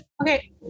Okay